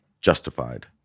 justified